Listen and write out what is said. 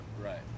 right